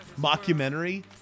mockumentary